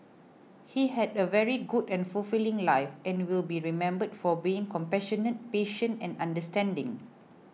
he had a very good and fulfilling life and will be remembered for being compassionate patient and understanding